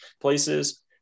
places